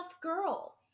girl